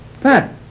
Pat